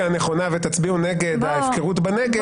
הנכונה ותצביעו נגד ההפקרות בנגב,